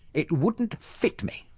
it wouldn't fit me.